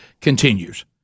continues